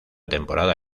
temporada